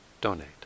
donate